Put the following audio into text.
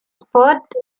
sport